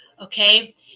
okay